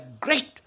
great